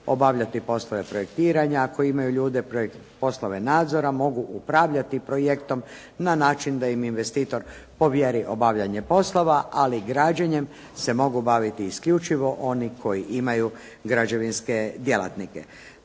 obavljati poslove projektiranja, ako imaju ljude, poslove nadzora, mogu upravljati projektom na način da im investitor povjeri obavljanje poslova, ali građenjem se mogu baviti isključivo oni koji imaju građevinske djelatnike.